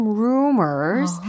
rumors